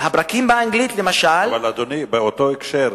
הפרקים באנגלית, למשל, אבל, אדוני, באותו הקשר,